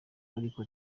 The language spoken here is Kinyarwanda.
ariko